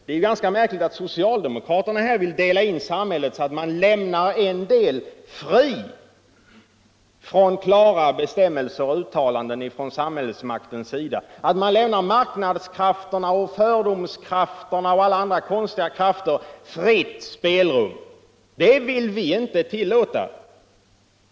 Det är ganska märkligt att socialdemokraterna vill dela in samhället så att man lämnar en del fri från klara bestämmelser och uttalanden från samhällsmaktens sida. Att ge marknadskrafterna, fördomskrafterna och alla andra konstiga krafter fritt spelrum kan vi inte tillåta.